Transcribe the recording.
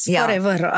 forever